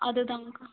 அது தான் அக்கா